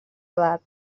edat